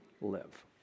live